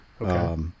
Okay